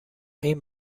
این